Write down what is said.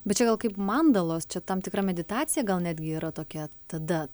bet čia gal kaip mandalos čia tam tikra meditacija gal netgi yra tokia tada